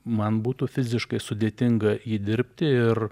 man būtų fiziškai sudėtinga jį dirbti ir